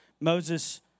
Moses